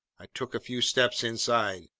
i took a few steps inside.